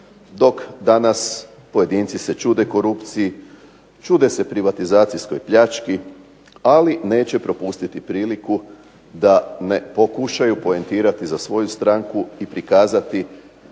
se danas pojedinci čude korupciji, čude se privatizacijskoj pljački ali neće propustiti priliku da ne pokušaju poentirati za svoju stranku i prikazati